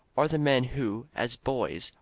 are the men who, as boys,